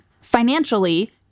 Financially